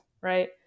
right